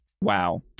Wow